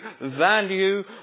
value